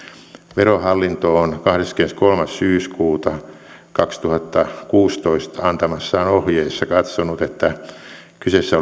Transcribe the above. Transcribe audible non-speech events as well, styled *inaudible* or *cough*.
verohallinto on kahdeskymmeneskolmas syyskuuta kaksituhattakuusitoista antamassaan ohjeessa katsonut että kyseessä *unintelligible*